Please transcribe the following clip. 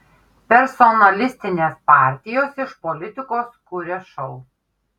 personalistinės partijos iš politikos kuria šou